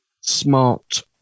smart